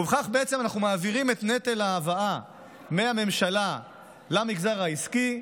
בכך בעצם אנחנו מעבירים את נטל ההבאה מהממשלה למגזר העסקי,